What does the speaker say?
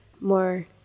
more